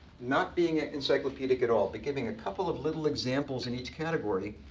not being encyclopedic at all, but giving a couple of little examples in each category.